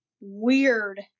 weird